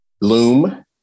Loom